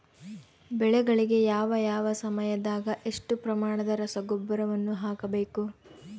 ಬೆಳೆಗಳಿಗೆ ಯಾವ ಯಾವ ಸಮಯದಾಗ ಎಷ್ಟು ಪ್ರಮಾಣದ ರಸಗೊಬ್ಬರವನ್ನು ಹಾಕಬೇಕು?